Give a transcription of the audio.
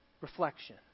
reflection